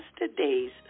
yesterday's